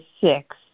six